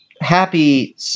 Happy